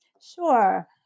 Sure